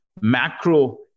macro